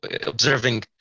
observing